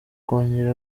kongere